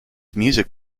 music